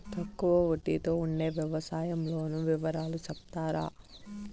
తక్కువ వడ్డీ తో ఉండే వ్యవసాయం లోను వివరాలు సెప్తారా?